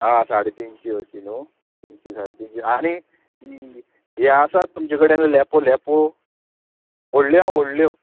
आं साडे तिनशीं अशीं न्हू तिनशीं साडे तिनशीं आनी हें आसा तुमचे कडेन लॅपो लेपो व्हडल्यो आं आडल्यो